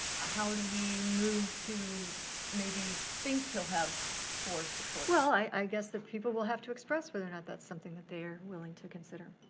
how do we move to maybe think he'll have four support. well i guess the people will have to express whether or not that's something that they're willing to consider.